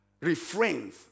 refrains